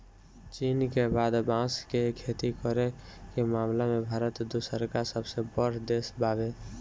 चीन के बाद बांस के खेती करे के मामला में भारत दूसरका सबसे बड़ देश बावे